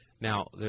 Now